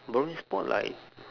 boring sport like